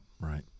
Right